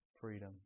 freedom